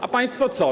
A państwo co?